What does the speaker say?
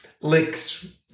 licks